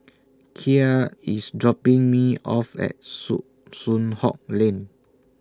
Kya IS dropping Me off At Soo Soon Hock Lane